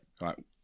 right